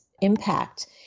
impact